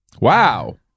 Wow